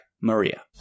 Maria